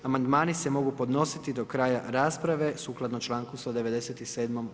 Amandmani se mogu podnositi do kraja rasprave sukladno članku 197.